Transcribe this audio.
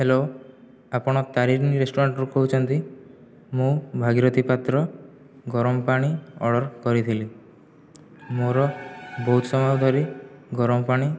hello ଆପଣ ତାରିଣୀ ରେଷ୍ଟୁରାଣ୍ଟରୁ କହୁଛନ୍ତି ମୁଁ ଭାଗିରଥି ପାତ୍ର ଗରମ ପାଣି ଅର୍ଡ଼ର କରିଥିଲି ମୋର ବହୁତ ସମୟ ଧରି ଗରମ ପାଣି